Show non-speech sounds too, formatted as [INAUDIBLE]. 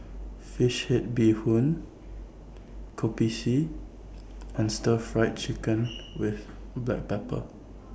Fish Head Bee Hoon Kopi C and Stir Fried Chicken [NOISE] with Black Pepper